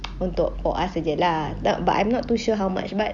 untuk for us saje lah but I'm not too sure how much but